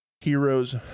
Heroes